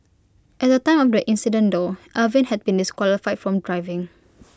at the time of the incident though Alvin had been disqualified from driving